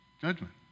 Judgment